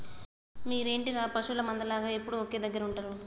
మీరేంటిర పశువుల మంద లాగ ఎప్పుడు ఒకే దెగ్గర ఉంటరు